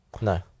No